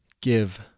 give